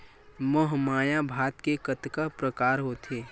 महमाया भात के कतका प्रकार होथे?